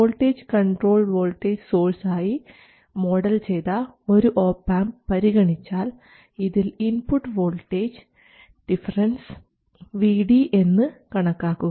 voltage controlled voltage source ആയി model ചെയ്ത ഒരു ഒപാംപ് പരിഗണിച്ചാൽ ഇതിൽ ഇൻപുട്ട് വോൾട്ടേജ് ഡിഫറൻസ് Vd എന്ന് കണക്കാക്കുക